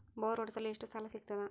Bore ಹೊಡೆಸಲು ಎಷ್ಟು ಸಾಲ ಸಿಗತದ?